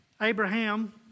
Abraham